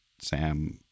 sam